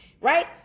right